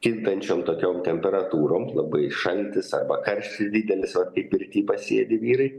kintančiom tokiom temperatūrom labai šaltis arba karštis didelis vat kaip pirty pasėdi vyrai